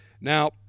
Now